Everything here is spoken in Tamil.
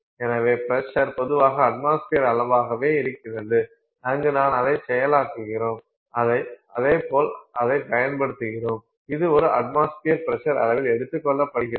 எனவே ப்ரசர் பொதுவாக அட்மாஸ்பியர் அளவாகவே இருக்கிறது அங்கு நான் அதை செயலாக்குகிறோம் அதே போல் அதை பயன்படுத்துகிறோம் அது ஒரு அட்மாஸ்பியர் ப்ரசர் அளவில் எடுத்துக்கொள்ளபடுகிறது